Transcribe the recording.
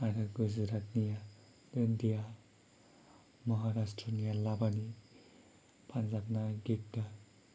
आरो गुजरातिया दान्दिया महाराष्ट्रनिया लाबानि पान्जाबना गिद्दा